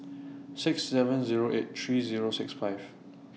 six seven Zero eight three Zero six five